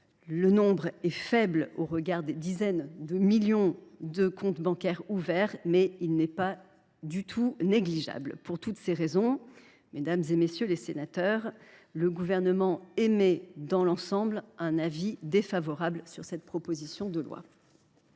Leur nombre est certes faible au regard des dizaines de millions de comptes bancaires ouverts en France, mais il n’est pas du tout négligeable. Pour toutes ces raisons, mesdames, messieurs les sénateurs, le Gouvernement émet un avis défavorable sur cette proposition de loi.